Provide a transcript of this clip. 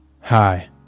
Hi